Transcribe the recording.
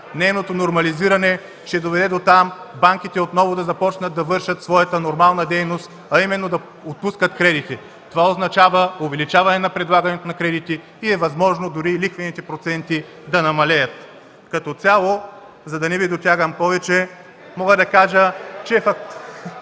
нейното нормализиране ще доведе дотам банките отново да започнат да вършат своята нормална дейност, а именно да отпускат кредити. (Шум и реплики от ГЕРБ.) Това означава увеличаване на предлагането на кредити и е възможно дори лихвените проценти да намалеят. Като цяло, за да не Ви дотягам повече (силен шум и реплики